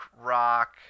rock